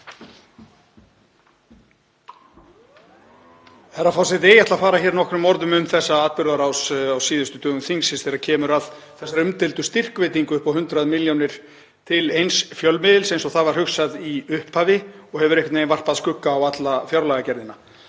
forseti. Ég ætla að fara hér nokkrum orðum um þessa atburðarás á síðustu dögum þingsins þegar kemur að þessari umdeildu styrkveitingu upp á 100 milljónir til eins fjölmiðils, eins og það var hugsað í upphafi og hefur einhvern veginn varpað skugga á alla fjárlagagerðina.